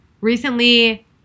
recently